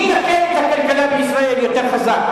מי מכה את כלכלת ישראל יותר חזק?